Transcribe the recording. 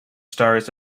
stars